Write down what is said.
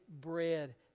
bread